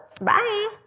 Bye